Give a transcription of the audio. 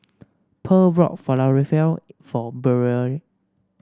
Purl bought Falafel for Burrell